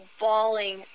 bawling